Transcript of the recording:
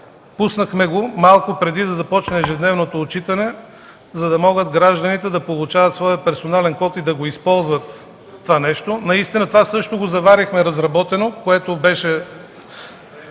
Пуснахме го малко преди да започне ежедневното отчитане, за да могат гражданите да получават своя персонален код и да го използват. Наистина това също го заварихме разработено. То също беше